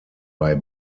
bei